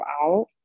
out